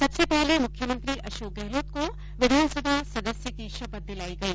सबसे पहले मुख्यमंत्री अशोक गहलोत को विधानसभा सदस्य की शपथ दिलाई गई